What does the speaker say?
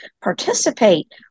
participate